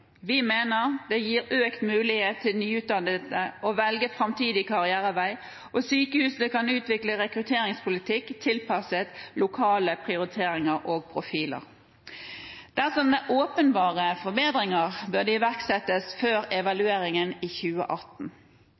Vi mener det gir økt mulighet for nyutdannede til å velge framtidig karrierevei, og sykehusene kan utvikle en rekrutteringspolitikk tilpasset lokale prioriteringer og profiler. Dersom det er åpenbare forbedringer, bør de iverksettes før evalueringen i 2018.